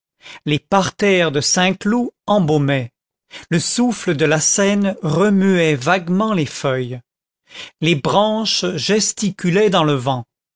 les parterres de saint-cloud embaumaient le souffle de la seine remuait vaguement les feuilles les branches gesticulaient dans le vent